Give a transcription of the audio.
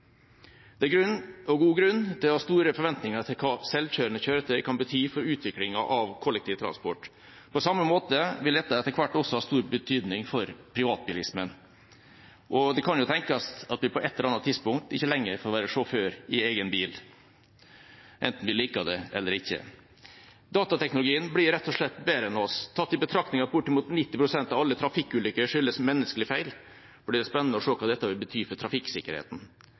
Det er god grunn til å ha store forventninger til hva selvkjørende kjøretøy kan bety for utviklingen av kollektivtransporten. På samme måte vil dette etter hvert også ha stor betydning for privatbilismen. Det kan tenkes at vi på et eller annet tidspunkt ikke lenger får være sjåfør i egen bil, enten vi liker det eller ikke. Datateknologien blir rett og slett bedre enn oss. Tatt i betraktning at bortimot 90 pst. av alle trafikkulykker skyldes menneskelig feil, blir det spennende å se hva dette vil bety for trafikksikkerheten.